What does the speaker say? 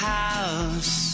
house